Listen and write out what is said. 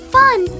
fun